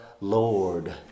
lord